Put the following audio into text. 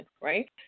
right